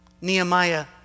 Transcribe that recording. Nehemiah